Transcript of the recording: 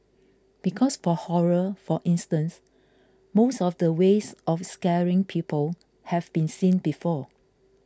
because for horror for instance most of the ways of scaring people have been seen before